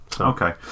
Okay